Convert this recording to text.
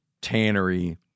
tannery